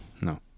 No